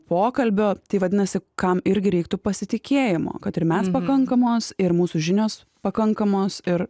pokalbio tai vadinasi kam irgi reiktų pasitikėjimo kad ir mes pakankamos ir mūsų žinios pakankamos ir